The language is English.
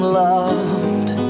loved